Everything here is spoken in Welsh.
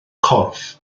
corff